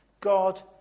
God